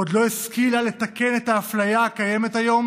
עוד לא השכילה לתקן את האפליה הקיימת היום